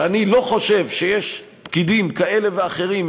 ואני לא חושב שיש פקידים כאלה ואחרים,